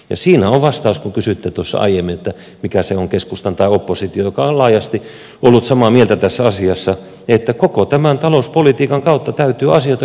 siinä on vastaus kun kysyitte tuossa aiemmin mikä on keskustan vastaus tai opposition joka on laajasti ollut samaa mieltä tässä asiassa että koko tämän talouspolitiikan kautta täytyy asioita katsastella uudelleen